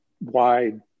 wide